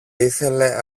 ήθελε